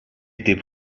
était